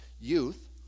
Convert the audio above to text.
youth